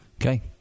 Okay